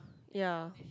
ya